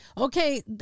okay